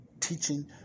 teaching